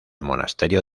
monasterio